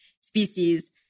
species